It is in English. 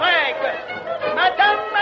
Madame